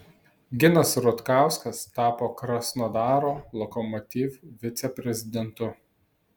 ginas rutkauskas tapo krasnodaro lokomotiv viceprezidentu